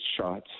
shots